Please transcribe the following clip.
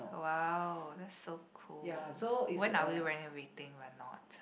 !woah! that's so cool when are renovating we're not